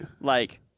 Like-